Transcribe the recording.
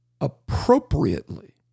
appropriately